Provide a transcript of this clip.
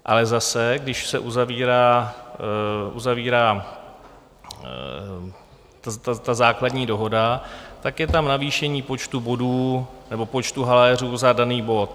Ale zase, když se uzavírá ta základní dohoda, tak je tam navýšení počtu bodů nebo počtu haléřů za daný bod.